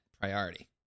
priority